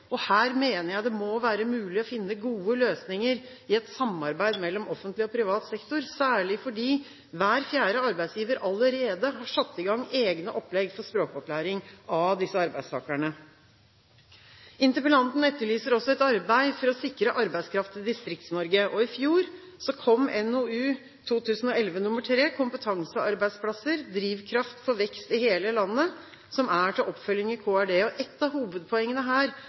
Her mener jeg det må være mulig å finne gode løsninger i et samarbeid mellom offentlig og privat sektor, særlig fordi hver fjerde arbeidsgiver allerede har satt i gang egne opplegg for språkopplæring av disse arbeidstakerne. Interpellanten etterlyser også et arbeid for å sikre arbeidskraft til Distrikts-Norge. I fjor kom NOU 2011:3 Kompetansearbeidsplasser – drivkraft for vekst i hele landet, som er til oppfølging i Kirke-, utdannings- og forskningsdepartementet. Et av hovedpoengene her